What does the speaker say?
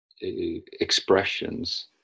expressions